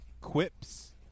quips